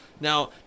Now